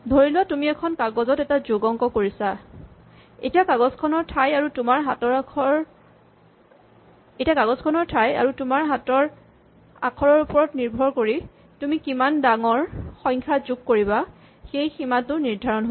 ধৰি লোৱা তুমি এখন কাগজত এটা যোগ অংক কৰিছা এতিয়া কাগজখনৰ ঠাই আৰু তোমাৰ হাতৰ আখৰৰ ওপৰত নিৰ্ভৰ কৰি তুমি কিমান ডাঙৰ সংখ্যা যোগ কৰিবা সেই সীমাটো নিৰ্ধাৰণ হ'ব